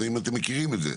האם אתם מכירים את זה.